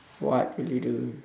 what would you do